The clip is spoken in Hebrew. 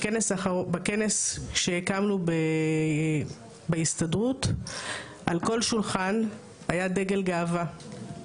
בכנס שהקמנו בהסתדרות, על כל שולחן היה דגל גאווה.